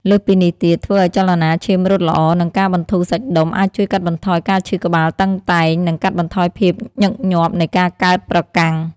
លើសពីនេះទៀត ធ្វើអោយចលនាឈាមរត់ល្អ និងការបន្ធូរសាច់ដុំអាចជួយកាត់បន្ថយការឈឺក្បាលតឹងតែង និងកាត់បន្ថយភាពញឹកញាប់នៃការកើតប្រកាំង។